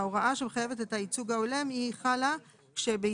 ההוראה שמחייבת את הייצוג ההולם חלה ביישב